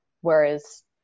Whereas